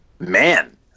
Man